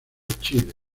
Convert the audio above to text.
chile